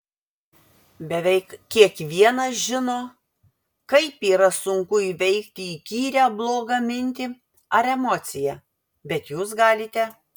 beveik kiekvienas žino kaip yra sunku įveikti įkyrią blogą mintį ar emociją bet jūs galite